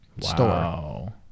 store